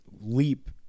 leap